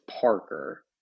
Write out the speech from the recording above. Parker